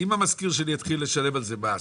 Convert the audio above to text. אם המשכיר שלי יתחיל לשלם על זה מס,